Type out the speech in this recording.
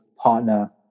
partner